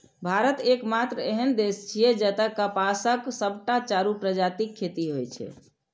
भारत एकमात्र एहन देश छियै, जतय कपासक सबटा चारू प्रजातिक खेती होइ छै